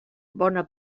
bona